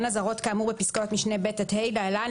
אזהרות כאמור בפסקאות משנה (ב) עד (ה) להלן,